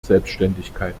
selbständigkeit